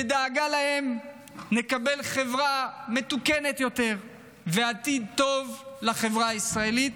בדאגה להם נקבל חברה מתוקנת יותר ועתיד טוב לחברה הישראלית.